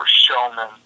showmen